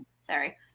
Sorry